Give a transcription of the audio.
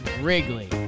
Wrigley